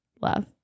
love